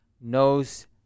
knows